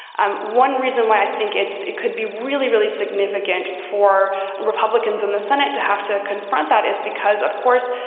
um one reason why i think it's it could be really, really significant for republicans in the senate to have to confront that is because, of course,